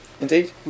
indeed